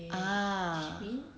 ah